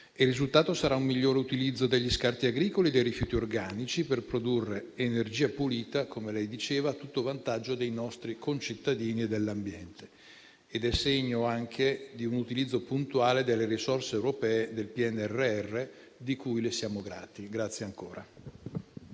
Il risultato sarà un miglior utilizzo degli scarti agricoli e dei rifiuti organici per produrre energia pulita - come lei diceva - a tutto vantaggio dei nostri concittadini e dell'ambiente. È segno anche di un utilizzo puntuale delle risorse europee del PNRR, di cui le siamo grati.